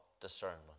discernment